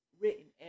written